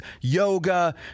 yoga